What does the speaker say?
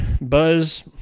buzz